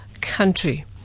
country